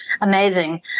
amazing